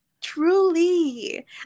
truly